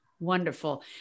Wonderful